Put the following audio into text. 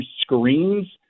screens